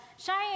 Cheyenne